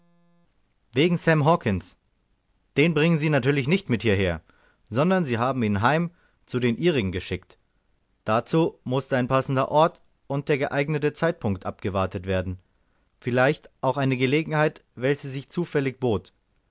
wegen sam hawkens den bringen sie natürlich nicht mit hierher sondern sie haben ihn heim zu den ihrigen geschickt dazu mußte ein passender ort und der geeignete zeitpunkt abgewartet werden vielleicht auch eine gelegenheit welche sich zufällig bot